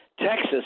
Texas